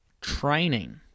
training